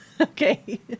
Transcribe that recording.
Okay